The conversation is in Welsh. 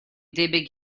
debyg